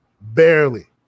Barely